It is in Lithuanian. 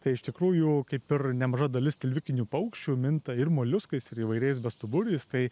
tai iš tikrųjų kaip ir nemaža dalis tilvikinių paukščių minta ir moliuskais ir įvairiais bestuburiais tai